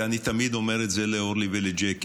ואני תמיד אומר את זה לאורלי ולג'קי,